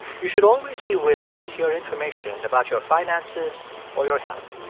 you should always be willing to hear information about your finances or your health.